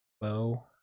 bow